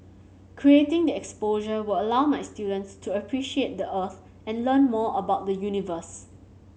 creating the exposure will allow my students to appreciate the Earth and learn more about the universe